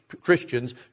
Christians